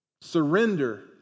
Surrender